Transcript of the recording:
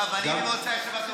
יואב, אני, על זה.